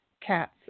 cats